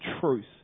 truth